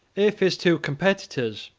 if his two competitors,